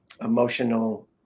emotional